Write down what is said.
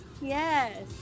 Yes